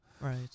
Right